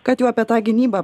kad jau apie tą gynybą